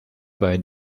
bei